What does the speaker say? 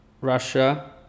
Russia